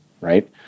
right